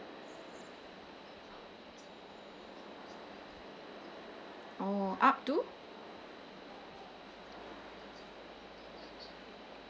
oh up to